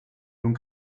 nun